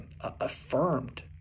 affirmed